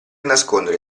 nascondere